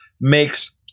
makes